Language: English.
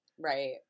Right